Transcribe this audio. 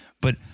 but-